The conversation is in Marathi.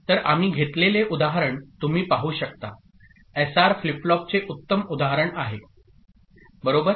तर आम्ही घेतलेले उदाहरण तुम्ही पाहू शकता एसआर फ्लिप फ्लॉपचे उत्तम उदाहरण आहे बरोबर